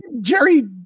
Jerry